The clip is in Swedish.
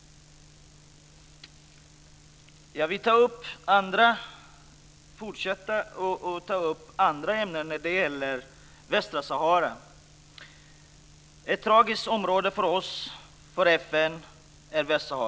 Jag vill också ta upp frågan om Västsahara. Västsahara är för oss och för FN ett område fyllt av tragik.